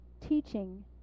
teaching